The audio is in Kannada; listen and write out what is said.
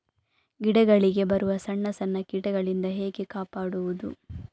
ಗಿಡಗಳಿಗೆ ಬರುವ ಸಣ್ಣ ಸಣ್ಣ ಕೀಟಗಳಿಂದ ಹೇಗೆ ಕಾಪಾಡುವುದು?